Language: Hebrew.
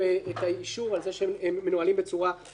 האישור על כך שהם מנוהלים בצורה תקינה,